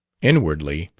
inwardly,